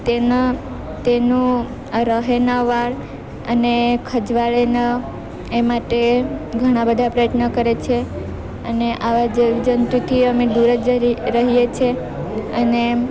તેનો રહે ના વાળ અને ખજવાળે ના એ માટે ઘણાં બધાં પ્રયત્ન કરે છે અને આવા જીવજંતુથી અમે દૂર જ રહીએ છીએ અને